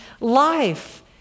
life